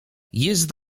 jest